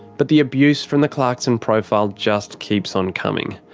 but the abuse from the clarkson profile just keeps on coming.